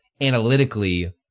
analytically